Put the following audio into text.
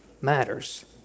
matters